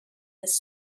this